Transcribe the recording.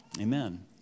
Amen